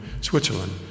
Switzerland